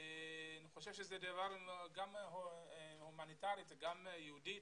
אני חושב שזה דבר שגם הומניטרית וגם יהודית